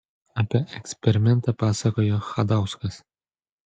apie eksperimentą pasakojo chadauskas